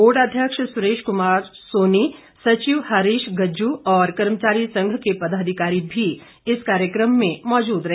board अध्यक्ष सुरेश कुमार सोनी सचिव हरीश गज्जू और कर्मचारी संघ के पदाधिकारी भी इस कार्यक्रम मे मौजूद रहे